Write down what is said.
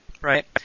Right